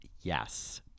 yes